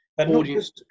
audience